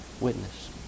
witness